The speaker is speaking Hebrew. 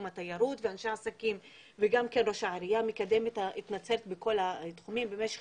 התיירות וראש העירייה מקדם את נצרת בכל התחומים במשך